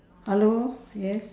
hello yes